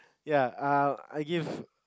ya um I give